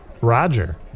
Roger